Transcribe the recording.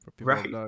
Right